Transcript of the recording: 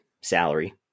salary